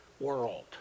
world